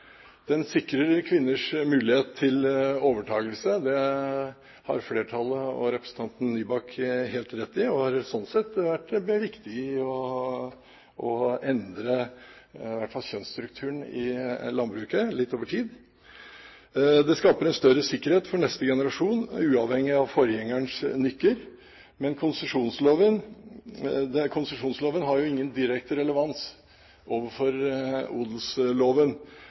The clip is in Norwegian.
Den sikrer kvinners mulighet til overtakelse. Det har flertallet og representanten Nybakk helt rett i, og har slik sett vært viktig for å endre i hvert fall kjønnsstrukturen i landbruket litt over tid. Det skaper en større sikkerhet for neste generasjon, uavhengig av forgjengerens nykker, men konsesjonsloven har ingen direkte relevans for odelsloven.